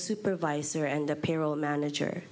supervisor and apparel manager